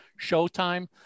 showtime